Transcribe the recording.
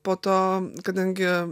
po to kadangi